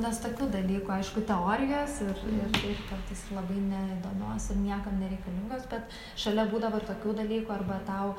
nes tokių dalykų aišku teorijos ir ir taip kartais ir labai neįdomios ir niekam nereikalingos bet šalia būdavo ir tokių dalykų arba tau